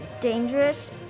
dangerous